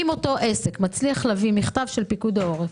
אם אותו עסק מצליח להביא מכתב מפיקוד העורף,